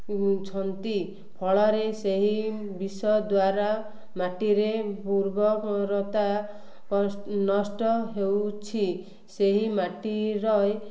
ଛନ୍ତି ଫଳରେ ସେହି ବିଷ ଦ୍ୱାରା ମାଟିରେ ଉର୍ବରତା ନଷ୍ଟ ହେଉଛି ସେହି ମାଟିର